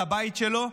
על הבית שלו,